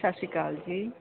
ਸਤਿ ਸ਼੍ਰੀ ਅਕਾਲ ਜੀ